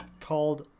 Called